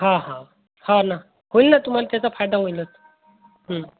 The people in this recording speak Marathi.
हा हो हा ना होईल ना तुम्हाला त्याचा फायदा होईलच